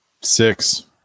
six